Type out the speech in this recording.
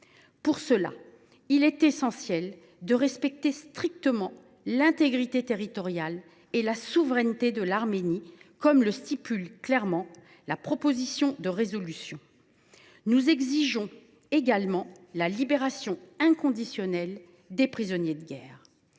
perspective, il est essentiel de respecter strictement l’intégrité territoriale et la souveraineté de l’Arménie, comme le dispose clairement la proposition de résolution. Nous exigeons également la libération inconditionnelle des prisonniers de guerre.